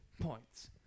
points